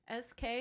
SK